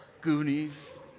Goonies